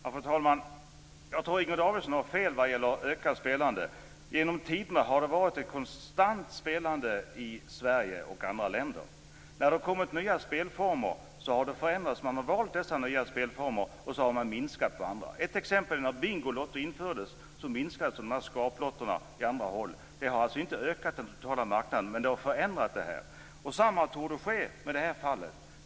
Fru talman! Jag tror att Inger Davidson har fel när det gäller ökat spelande. Genom tiderna har det varit ett konstant spelande i Sverige och andra länder. När det har kommit andra spelformer har spelandet förändrats: Man har valt dessa nya spelformer och minskat spelandet på andra. Ett exempel: När Bingolotto infördes minskade försäljningen av skraplotter på andra håll. Det har alltså inte ökat den totala marknaden, men det har förändrat den. Samma sak torde ske i det här fallet.